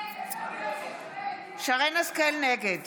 נגד